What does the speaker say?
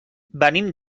venim